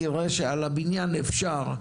תראה שעל הבניין אפשר,